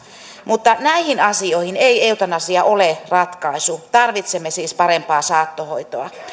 mutta näihin asioihin ei eutanasia ole ratkaisu tarvitsemme siis parempaa saattohoitoa